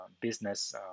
business